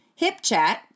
HipChat